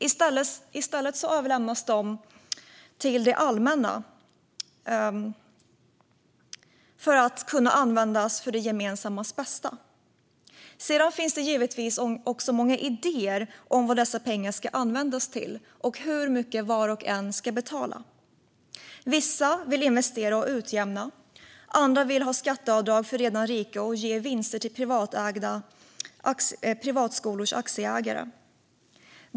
I stället överlämnas de till det allmänna för att kunna användas för det gemensammas bästa. Sedan finns det givetvis också många idéer om vad dessa pengar ska användas till och hur mycket var och en ska betala. Vissa vill investera och utjämna, andra vill ha skatteavdrag för redan rika och ge vinster till privatskolors aktieägare.